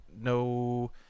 no